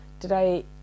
today